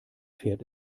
fährt